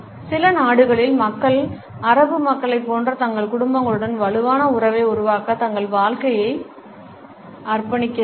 சில நாடுகளில் மக்கள் அரபு மக்களைப் போன்ற தங்கள் குடும்பங்களுடன் வலுவான உறவை உருவாக்க தங்கள் வாழ்க்கையை அர்ப்பணிக்கிறார்கள்